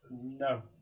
No